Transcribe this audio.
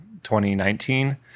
2019